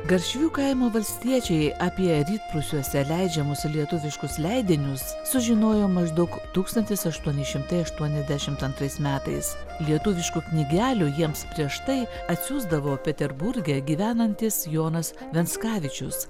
garšvių kaimo valstiečiai apie rytprūsiuose leidžiamus lietuviškus leidinius sužinojo maždaug tūkstantis aštuoni šimtai aštuoniasdešimt antrais metais lietuviškų knygelių jiems prieš tai atsiųsdavo peterburge gyvenantis jonas venskavičius